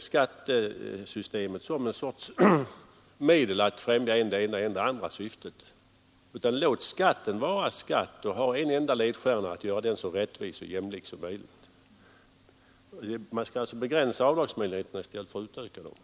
Skattesystemet skall inte vara en sorts medel att främja än det ena, än det andra syftet. Nej, låt skatten vara skatt och låt oss ha en enda ledstjärna: att göra skatten så rättvis och jämlik som möjligt. Man skall alltså begränsa avdragsmöjligheterna i stället för att utöka dem.